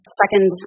second